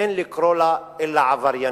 אין לקרוא לה אלא עבריינית,